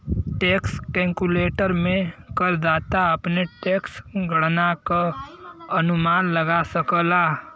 tax calculator में करदाता अपने टैक्स गणना क अनुमान लगा सकला